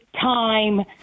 time